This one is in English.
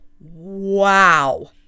wow